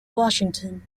washington